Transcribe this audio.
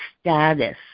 status